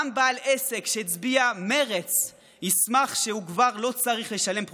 גם בעל עסק שהצביע מרצ ישמח שהוא כבר לא צריך לשלם פרוטקשן.